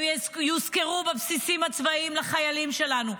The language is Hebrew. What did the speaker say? הם יוזכרו בבסיסים הצבאיים לחיילים שלנו,